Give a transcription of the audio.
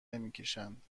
نمیکشند